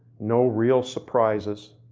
no real surprises.